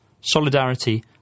solidarity